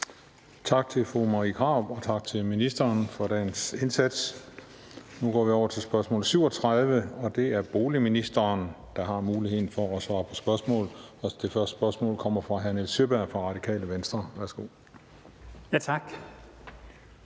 Tak til fru Marie Krarup, og tak til ministeren for dagens indsats. Nu går vi over til spørgsmål 37, og det er boligministeren, der har muligheden for at svare på spørgsmål. Det første spørgsmål kommer fra hr. Nils Sjøberg fra Radikale Venstre. Kl. 20:20